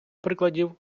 прикладів